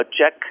check